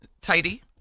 tidy